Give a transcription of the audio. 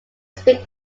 speak